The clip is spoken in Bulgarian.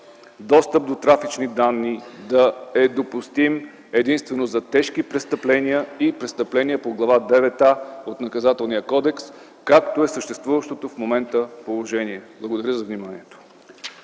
достъп до трафични данни да е допустим единствено за тежки престъпления и престъпленията по Глава 9А от Наказателния кодекс, както е съществуващото в момента положение. Благодаря за вниманието.